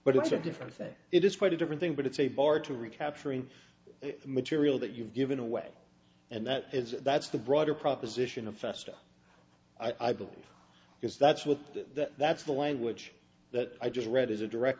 but it's a different thing it is quite a different thing but it's a bar to recapturing material that you've given away and that is that's the broader proposition of festa i believe because that's what that that's the language that i just read is a direct